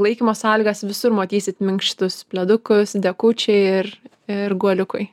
laikymo sąlygas visur matysit minkštus pledukus dekučiai ir ir guoliukai